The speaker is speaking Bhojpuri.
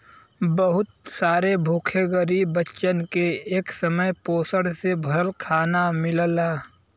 बहुत सारे भूखे गरीब बच्चन के एक समय पोषण से भरल खाना मिलला